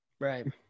Right